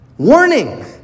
Warning